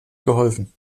geholfen